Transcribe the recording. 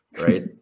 right